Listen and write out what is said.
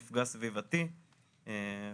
מפגע סביבתי וכדומה.